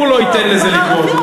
הציבור לא ייתן לזה לקרות.